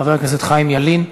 חבר הכנסת חיים ילין.